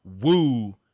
woo